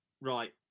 Right